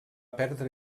perdre